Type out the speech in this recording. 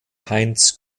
heinz